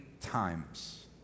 times